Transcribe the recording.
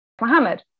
Mohammed